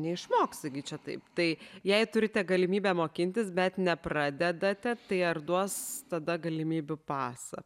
neišmoksi gi čia taip tai jei turite galimybę mokintis bet nepradedate tai ar duos tada galimybių pasą